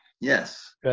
Yes